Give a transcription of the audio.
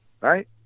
right